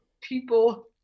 people